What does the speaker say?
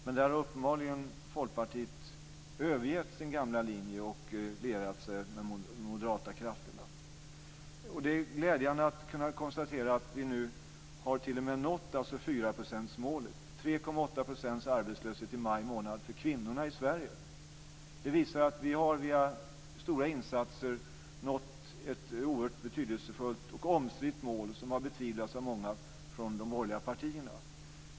Men där har uppenbarligen Folkpartiet övergett sin gamla linje och lierat sig med de moderata krafterna. Det är glädjande att kunna konstatera att vi nu har nått 4-procentsmålet. Vi hade 3,8 % arbetslöshet i maj månad för kvinnorna i Sverige. Det visar att vi genom stora insatser har nått ett oerhört betydelsefullt och omstritt mål, som har betvivlats av många i de borgerliga partierna.